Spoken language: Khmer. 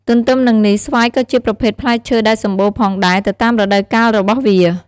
ទន្ទឹមនឹងនេះស្វាយក៏ជាប្រភេទផ្លែឈើដែរសម្បូរផងដែរទៅតាមរដូវការរបស់វា។